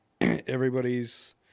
everybody's